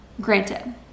granted